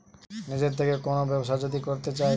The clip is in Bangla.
নিজের থেকে কোন ব্যবসা যদি শুরু করতে চাই